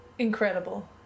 Incredible